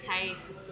taste